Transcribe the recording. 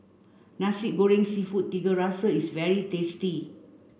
Nasi Goreng Seafood Tiga Rasa is very tasty